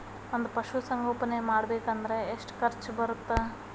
ಒಂದ್ ಪಶುಸಂಗೋಪನೆ ಮಾಡ್ಬೇಕ್ ಅಂದ್ರ ಎಷ್ಟ ಖರ್ಚ್ ಬರತ್ತ?